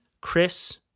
Chris